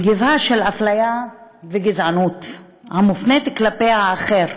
מגפה של אפליה וגזענות המופנית כלפי האחר,